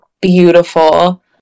beautiful